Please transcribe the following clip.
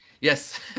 Yes